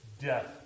death